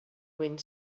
wind